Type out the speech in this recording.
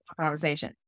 conversation